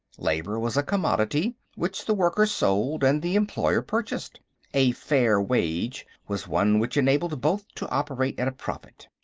labor was a commodity, which the worker sold and the employer purchased a fair wage was one which enabled both to operate at a profit.